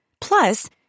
Plus